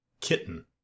Kitten